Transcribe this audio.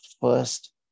first